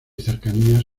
cercanías